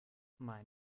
mein